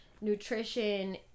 Nutrition